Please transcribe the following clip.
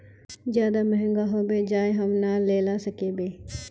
ज्यादा महंगा होबे जाए हम ना लेला सकेबे?